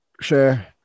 sure